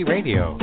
Radio